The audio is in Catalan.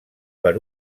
per